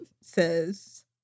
Says